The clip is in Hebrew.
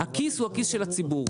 הכיס הוא הכיס ל הציבור.